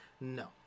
No